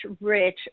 rich